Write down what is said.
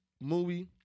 movie